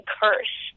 curse